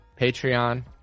Patreon